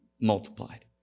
multiplied